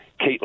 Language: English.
Caitlin